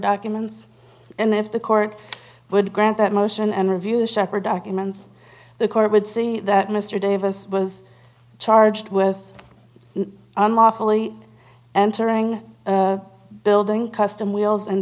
documents and if the court would grant that motion and review the shopper documents the court would see that mr davis was charged with unlawfully entering a building custom wheels and